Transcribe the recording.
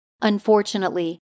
Unfortunately